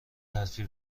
حرفی